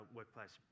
workplace